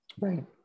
Right